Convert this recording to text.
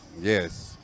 yes